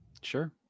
sure